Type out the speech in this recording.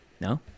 No